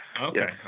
okay